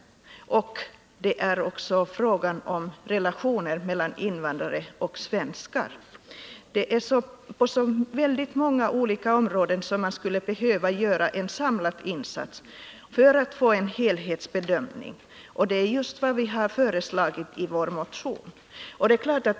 Och det är också fråga om relationerna mellan invandrare och svenskar. Det är på så många olika områden som vi skulle behöva göra en samlad insats för att få en helhetsbedömning. Och detta är just vad vi har föreslagit i vår motion.